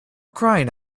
crying